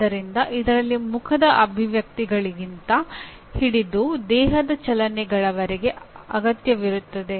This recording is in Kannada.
ಆದ್ದರಿಂದ ಇದರಲ್ಲಿ ಮುಖದ ಅಭಿವ್ಯಕ್ತಿಗಳಿಂದ ಹಿಡಿದು ದೇಹದ ಚಲನೆಗಳವರೆಗೆ ಅಗತ್ಯವಿರುತ್ತದೆ